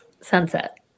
Sunset